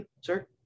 sir